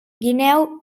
guineu